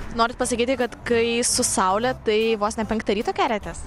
norit pasakyti kad kai su saule tai vos ne penktą ryto keliatės